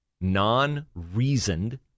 non-reasoned